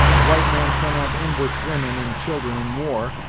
a white man cannot amboosh women and children in war,